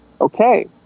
okay